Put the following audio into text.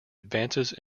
advances